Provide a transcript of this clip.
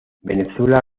venezuela